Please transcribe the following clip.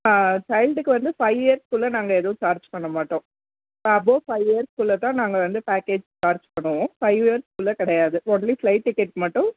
சைல்டுக்கு வந்து ஃபைவ் இயர்ஸ்க்குள்ளே நாங்கள் எதுவும் சார்ஜ் பண்ண மாட்டோம் அபோவ் ஃபைவ் இயர்ஸ்க்குள்ளே தான் நாங்கள் வந்து பேக்கேஜ் சார்ஜ் பண்ணுவோம் ஃபைவ் இயர்ஸ்க்குள்ளே கிடையாது ஒன்லி ஃப்ளைட் டிக்கெட் மட்டும்